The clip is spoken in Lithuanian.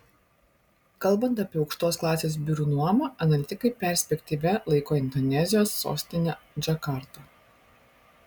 kalbant apie aukštos klasės biurų nuomą analitikai perspektyvia laiko indonezijos sostinę džakartą